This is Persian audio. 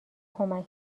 کمک